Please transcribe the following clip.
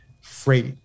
freight